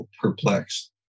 perplexed